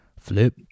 flip